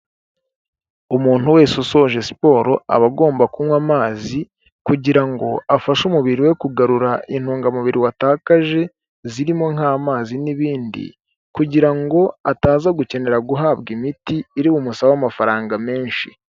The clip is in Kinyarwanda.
Umuntu wese usoje siporo aba agomba kunywa amazi, kugira ngo afashe umubiri we kugarura intungamubiri watakaje, zirimo nk'amazi n'ibindi, kugira ngo ataza gukenera guhabwa imiti iri bu umusobe amafaranga menshi.